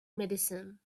medicine